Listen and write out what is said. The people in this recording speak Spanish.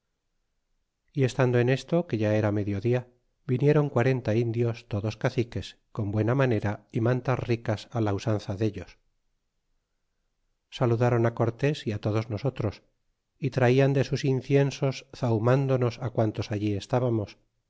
y estando en esto que ya era medio dia vinieron quarenta indios todos caciques con buena manera y mantas ricas á la usanza dellos saludáron cortés y todos nosotros y traian de sus inciensos zahumándonos á quantos allí estábamos